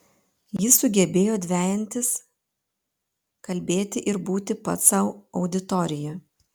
jis sugebėjo dvejintis kalbėti ir būti pats sau auditorija